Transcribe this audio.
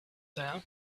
there